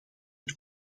het